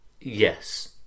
Yes